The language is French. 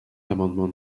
l’amendement